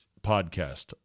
podcast